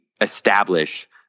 establish